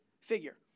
figure